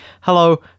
hello